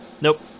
Nope